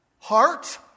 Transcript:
heart